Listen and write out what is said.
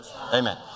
Amen